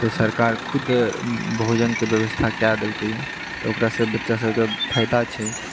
तऽ सरकार खुद भोजनके व्यवस्था कए देलकैए तऽ ओकरासँ बच्चा सबकेँ फायदा छै